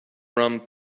rum